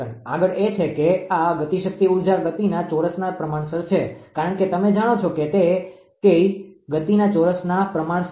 આગળ એ છે કે આ ગતિશક્તિ ઉર્જા ગતિના ચોરસના પ્રમાણસર છે કારણ કે તમે જાણો છો કે કે કેઈ ગતિના ચોરસના પ્રમાણસર છે